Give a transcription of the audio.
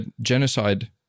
genocide